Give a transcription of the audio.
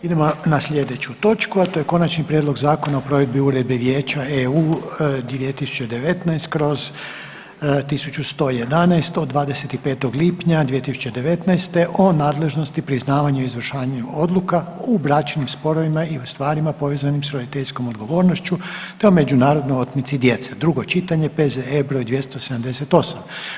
Idemo na sljedeću točku, a to je - Konačni prijedlog Zakona o provedbi Uredbe Vijeća (EU) 2019/1111 od 25. lipnja 2019. o nadležnosti, priznavanju i izvršenju odluka u bračnim sporovima i u stvarima povezanima s roditeljskom odgovornošću te o međunarodnoj otmici djece, drugo čitanje, P.Z.E. br. 278.